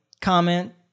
comment